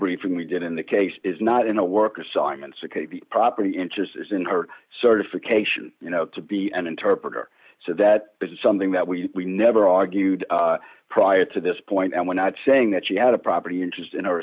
briefing we did in the case is not in the work assignments it could be property interests is in her certification you know to be an interpreter so that this is something that we we never argued prior to this point and we're not saying that she had a property interest in our